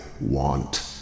want